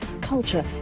culture